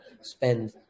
spend